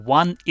one